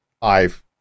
five